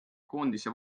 koondise